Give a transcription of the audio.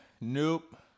nope